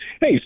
hey